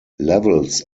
levels